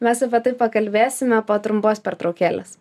mes apie tai pakalbėsime po trumpos pertraukėlės